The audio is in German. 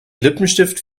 lippenstift